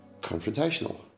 confrontational